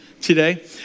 today